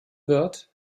wird